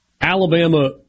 Alabama